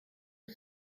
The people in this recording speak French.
ont